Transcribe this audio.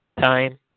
time